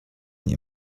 nie